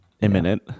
imminent